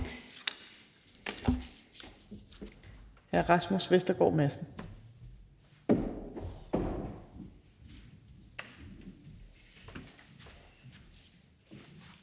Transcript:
Hr. Rasmus Vestergaard Madsen.